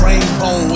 Rainbow